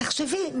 תחשבי,